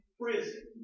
prison